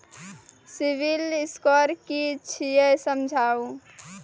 Civil score कि छियै समझाऊ?